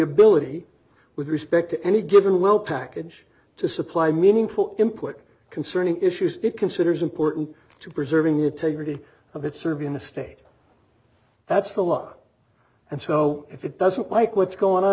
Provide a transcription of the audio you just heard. ability with respect to any given well package to supply meaningful input concerning issues it considers important to preserving the integrity of its serbian estate that's the law and so if it doesn't like what's going on